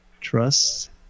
Trust